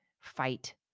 fight